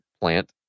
plant